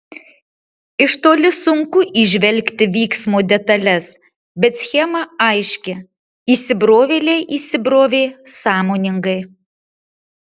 iš toli sunku įžvelgti vyksmo detales bet schema aiški įsibrovėliai įsibrovė sąmoningai